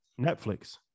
netflix